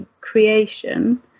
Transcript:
creation